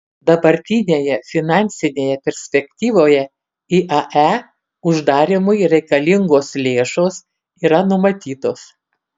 dabartinėje finansinėje perspektyvoje iae uždarymui reikalingos lėšos yra numatytos